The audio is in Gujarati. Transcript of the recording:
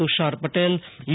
તુષાર પટેલ યુ